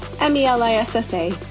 M-E-L-I-S-S-A